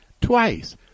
twice